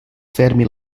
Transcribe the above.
fermi